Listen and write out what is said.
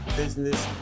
business